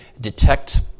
detect